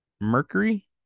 Mercury